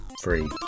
free